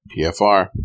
pfr